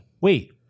Wait